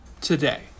today